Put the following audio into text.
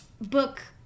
book